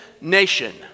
nation